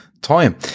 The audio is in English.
time